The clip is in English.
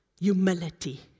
humility